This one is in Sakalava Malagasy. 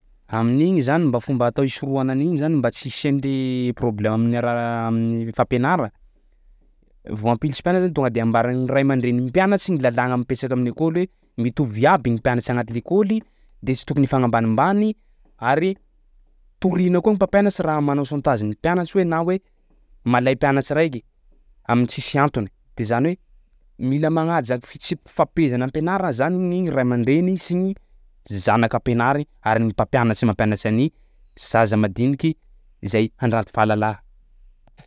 Amin'igny zany mba fomba atao hisorohana an'igny zany mba tsy hisy an'le problemo amin'ny ara- amin'ny fampianara. Vao hampilitsy mpianatra zany tonga de ambara gny ray aman-drenin'ny mpianatsy ny lalàgna mipetsaky amin'ny ekôly hoe mitovy iaby ny mpianatsy agnaty lekôly de tsy rokony ifagnambanimbany ary toriana koa ny mampianatsy raha manao chantage ny mpianatsy hoe na hoe malay mpianatsy raiky am'tsisy antony. De zany hoe mila magnaja fitsi-pifampifehezana am-pianara zany gny ray aman-dreny sy ny zanaka ampianary ary ny mpampianatsy mampianatsy an'ny zaza madiniky zay handranto fahalala.